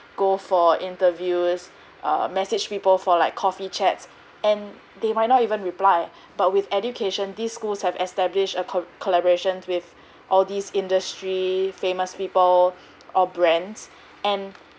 go for interviews uh message people for like coffee chats and they might not even reply but with education these schools have established a collaboration with all these industry famous people or brands and